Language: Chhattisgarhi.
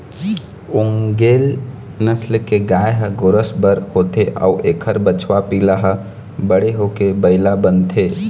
ओन्गेले नसल के गाय ह गोरस बर होथे अउ एखर बछवा पिला ह बड़े होके बइला बनथे